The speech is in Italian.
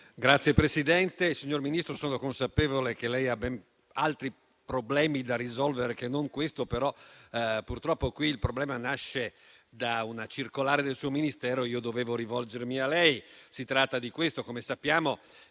(SVP-PATT, Cb))*. Signor Ministro, sono consapevole che lei ha ben altri problemi da risolvere che non questo. Però, purtroppo, qui il problema nasce da una circolare del suo Ministero e io dovevo rivolgermi a lei. Si tratta di questo: come sappiamo,